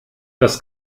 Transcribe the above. das